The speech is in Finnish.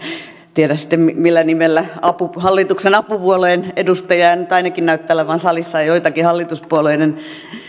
tiedä sitten millä nimellä kutsuisi hallituksen apupuolueen edustajia nyt ainakin näyttää olevan salissa ja joitakin hallituspuolueiden